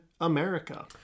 America